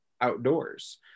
outdoors